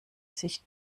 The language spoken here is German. sich